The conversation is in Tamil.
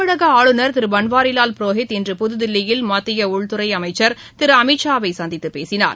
தமிழகஆளுநர் திருபன்வாரிவால் புரோஹித் இன்று புதுதில்லியில் மத்தியஉள்துறைஅமைச்சர் திருஅமித்ஷா வை சந்தித்துபேசினார்